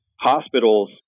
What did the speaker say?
hospitals